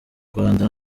rwanda